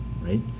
right